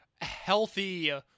healthy